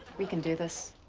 we can do this.